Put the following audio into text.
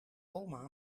oma